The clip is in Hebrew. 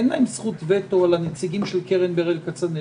אין להם זכות וטו על הנציגים של קרן ברל כצנלסון,